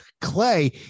Clay